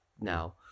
now